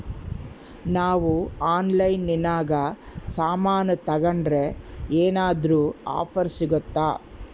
ನಾವು ಆನ್ಲೈನಿನಾಗ ಸಾಮಾನು ತಗಂಡ್ರ ಏನಾದ್ರೂ ಆಫರ್ ಸಿಗುತ್ತಾ?